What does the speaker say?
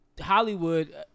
Hollywood